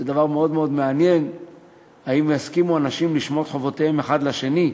זה דבר מאוד מאוד מעניין אם יסכימו אנשים לשמוט חובותיהם אחד לשני,